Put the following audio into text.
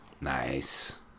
Nice